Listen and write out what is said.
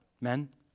men